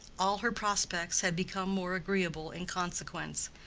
all her prospects had become more agreeable in consequence.